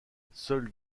seuls